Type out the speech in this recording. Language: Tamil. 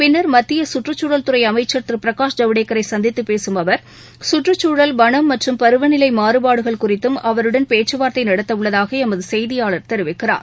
பின்னர் மத்தியசுற்றுச் சூழல்துறைஅமைச்சர் திருபிரகாஷ் ஜவடேக்கரைசந்தித்துப் பேசும் அவர் சுற்றுச் சூழல் வனம் மற்றும் பருவநிலைமாறபாடுகள் குறித்தும் அவருடன் பேச்சுவார்த்தைநடத்தஉள்ளதாகளமதுசெய்தியாளர் தெரிவிக்கிறார்